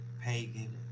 pagan